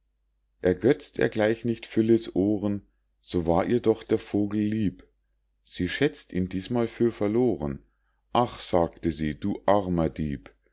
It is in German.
ergötzt er gleich nicht phyllis ohren so war ihr doch der vogel lieb sie schätzt ihn dies mal für verloren ach sagte sie du armer dieb